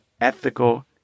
ethical